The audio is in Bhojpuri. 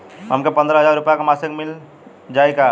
हमके पन्द्रह हजार रूपया क मासिक मिल जाई का?